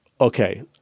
okay